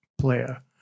player